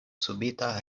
subita